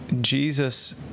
Jesus